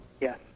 Yes